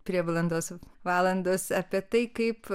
prieblandos valandos apie tai kaip